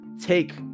take